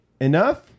enough